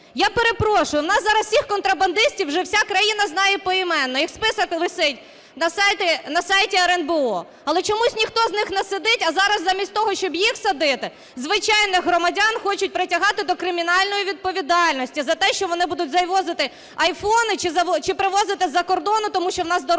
Я перепрошую, у нас зараз всіх контрабандистів вже вся країна знає поіменно, їх список висить на сайті РНБО, але чомусь ніхто із них не сидить, а зараз замість того, щоб їх садити, звичайних громадян хочуть притягати до кримінальної відповідальності за те, що вони будуть завозити "айфони" чи привозити із-за кордону, тому що у нас дорожчі